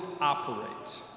operate